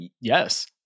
Yes